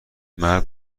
مرد